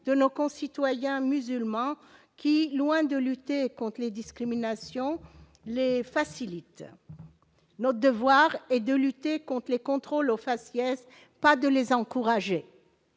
de nos concitoyens musulmans qui, loin de lutter contre les discriminations, les facilite. Notre devoir est de lutter contre les contrôles au faciès, pas de les encourager.